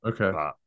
Okay